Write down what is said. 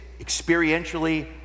experientially